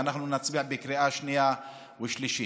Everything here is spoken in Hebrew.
ואנחנו נצביע בקריאה שנייה ושלישית.